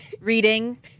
reading